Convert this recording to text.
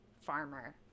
farmer